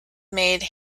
made